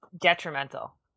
detrimental